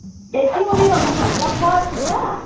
ए त्यो उयो के भन्छ बर्फी छ